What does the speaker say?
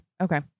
Okay